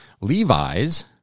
Levi's